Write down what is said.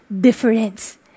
difference